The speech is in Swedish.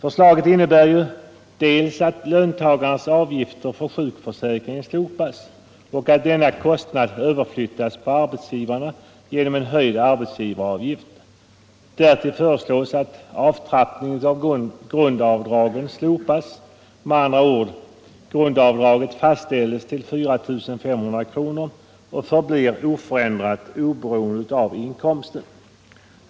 Förslaget innebär dels att löntagarnas avgifter för sjukförsäkringen slopas och att denna kostnad överflyttas på arbetsgivarna genom en höjd arbetsgivaravgift, dels att avtrappningen av grundavdraget slopas eller, med andra ord, att grundavdraget fastställs till 4 500 kronor och förblir oförändrat oberoende av inkomsten.